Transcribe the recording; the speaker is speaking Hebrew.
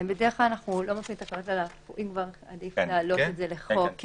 אם כבר, עדיף להעלות את זה לחוק.